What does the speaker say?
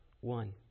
one